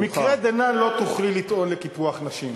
במקרה דנן לא תוכלי לטעון לקיפוח נשים.